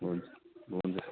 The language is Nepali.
हुन्छ हुन्छ